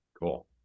Cool